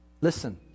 listen